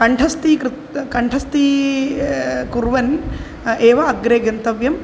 कण्ठस्थीकृत्य कण्ठस्थी कुर्वन् एव अग्रे गन्तव्यम्